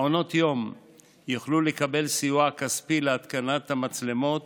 מעונות יום יוכלו לקבל סיוע כספי להתקנת המצלמות